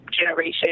generation